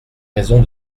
raisons